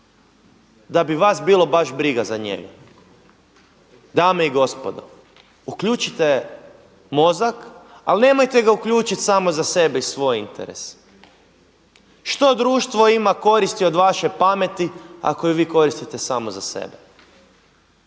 da bi vas bilo baš briga za njega. Dame i gospodo uključite mozak ali nemojte ga uključiti samo za sebe i svoje interese. Što društvo ima koristi od vaše pameti ako ju vi koristite samo za sebe?